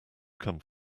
come